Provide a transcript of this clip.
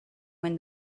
when